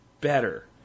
better